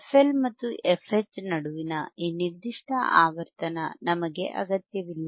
FL ಮತ್ತು FH ನಡುವಿನ ಈ ನಿರ್ದಿಷ್ಟ ಆವರ್ತನ ನಮಗೆ ಅಗತ್ಯವಿಲ್ಲ